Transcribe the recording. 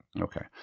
okay